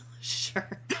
Sure